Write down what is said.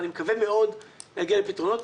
אני מקווה מאוד שנגיע לפתרונות.